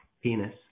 penis